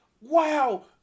Wow